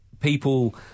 people